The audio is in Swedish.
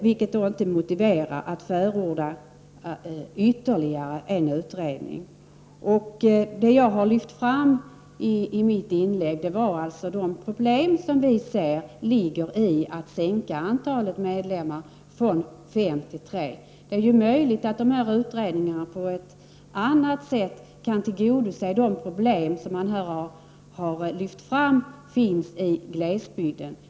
Det motiverar inte att förorda ytterligare en utredning. Jag lyfte fram i mitt inlägg de problem som vi ser i att sänka antalet medlemmar från fem till tre. Det är möjligt att dessa utredningar på något annat sätt kan finna lösningar på de problem som kan finnas i glesbygden.